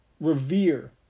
revere